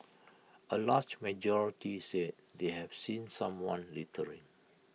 A large majority said they have seen someone littering